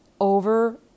over